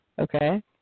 okay